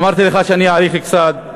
אמרתי לך שאני אאריך קצת.